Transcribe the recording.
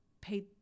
pay